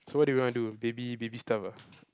so what do you want to do baby baby stuff ah